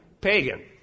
Pagan